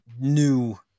new